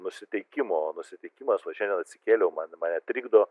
nusiteikimo nusiteikimas va šiandien atsikėliau ma mane trikdo